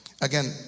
Again